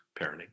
parenting